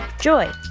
Joy